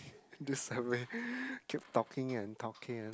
this keep talking and talking and